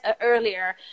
earlier